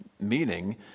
Meaning